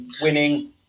winning